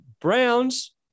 Browns